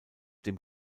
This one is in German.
dem